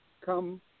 come